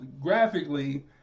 graphically